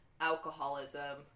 alcoholism